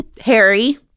Harry